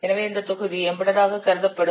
எனவே இந்த தொகுதி எம்பெடெட் ஆக கருதப்படும்